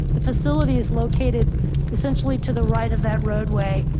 the facility is located essentially to the right of that roadway.